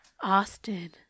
Austin